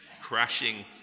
crashing